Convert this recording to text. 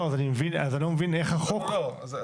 לא, אז אני לא מבין איך החוק החדש.